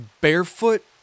barefoot